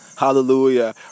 Hallelujah